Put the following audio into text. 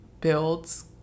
builds